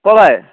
ও ভাই